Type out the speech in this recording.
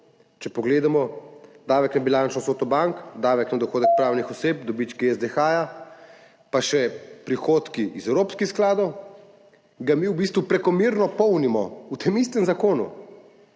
če pogledamo davek na bilančno vsoto bank, davek na dohodek pravnih oseb, dobički SDH, pa še prihodki iz evropskih skladov, ga mi v bistvu prekomerno polnimo v tem istem zakonu.